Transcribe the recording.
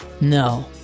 No